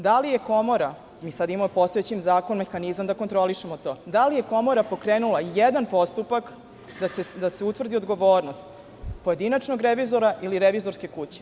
Da li je komora, mi sada imamo mehanizam kojim kontrolišemo to, pokrenula jedan postupak da se utvrdi odgovornost pojedinačnog revizora ili revizorske kuće?